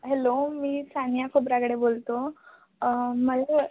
hello मी सानिया खोबरागडे बोलतो मला